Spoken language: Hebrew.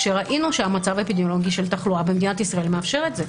כשראינו שהמצב האפידמיולוגי של תחלואה במדינת ישראל מאפשר את זה.